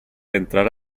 entrare